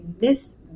miss